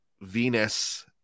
Venus